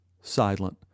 silent